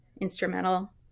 instrumental